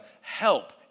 help